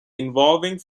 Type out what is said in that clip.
involving